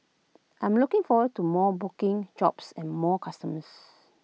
I'm looking forward to more booking jobs and more customers